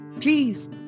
please